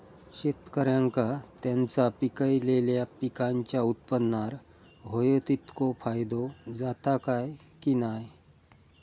शेतकऱ्यांका त्यांचा पिकयलेल्या पीकांच्या उत्पन्नार होयो तितको फायदो जाता काय की नाय?